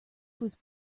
was